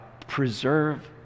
preserve